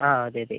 ആ അതെ അതെ